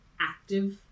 active